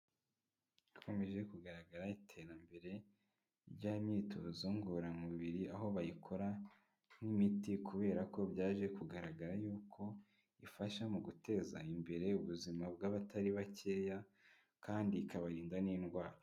Hakomeje kugaragara iterambere ry'imyitozo ngororamubiri aho bayikora nk'imiti kubera ko byaje kugaragara yuko ifasha mu guteza imbere ubuzima bw'abatari bakeya kandi ikabarinda n'indwara.